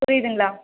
புரியுதுங்களா